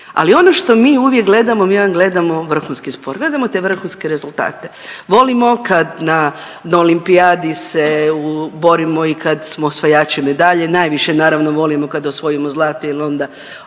Ali ono što mi uvijek gledamo, mi vam gledamo vrhunski sport, gledamo te vrhunske rezultate. Volimo kad na olimpijadi se borimo i kad smo osvajači medalje, najviše naravno volimo kad osvojimo zlato jer onda